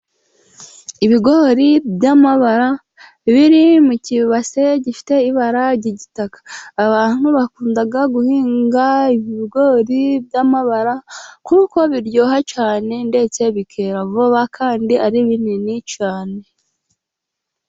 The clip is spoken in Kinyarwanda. Ibigori by'amabara biri mu kibase gifite ibara ry'igitaka. Abantu bakunda guhinga ibigori by'amabara kuko biryoha cyane ndetse bikera vuba kandi ari binini cyane.